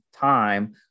time